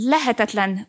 Lehetetlen